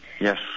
Yes